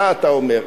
מה אתה אומר?